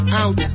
out